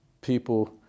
people